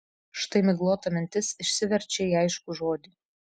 štai miglota mintis išsiverčia į aiškų žodį